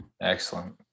excellent